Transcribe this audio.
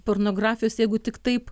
pornografijos jeigu tik taip